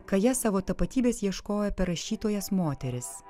kaija savo tapatybės ieškojo per rašytojas moteris